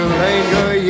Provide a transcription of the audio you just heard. linger